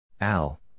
Al